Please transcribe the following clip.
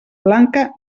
blanca